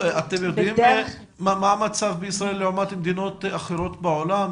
אתם יודעים מה המצב בישראל לעומת מדינות אחרות בעולם,